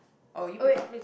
oh you pick out